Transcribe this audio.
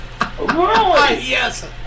Yes